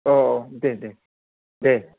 औ औ दे दे दे